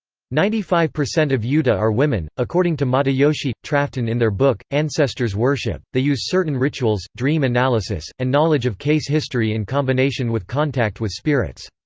ninety five percent of yuta are women, according to matayoshi trafton in their book, ancestors worship. they use certain rituals, dream analysis, and knowledge of case history in combination with contact with spirits.